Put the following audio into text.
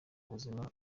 buzima